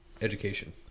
education